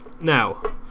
Now